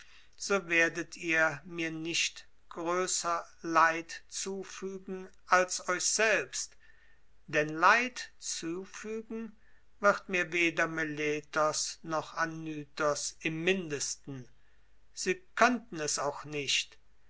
so werdet ihr mir nicht größer leid zufügen als euch selbst denn leid zufügen wird mir weder meletos noch anytos im mindesten sie könnten es auch nicht